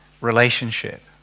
Relationship